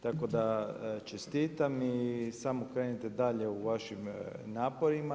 Tako da čestitam i samo krenite dalje u vašim naporima.